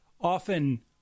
often